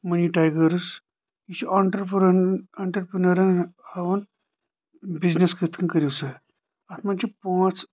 منی Tigers یہِ چھُ entrepreneur آنٹرپینرن ہاوان بِزنس کتھ کٔنۍ کٔرِو سہ اتھ منٛز چھِ پانٛژھ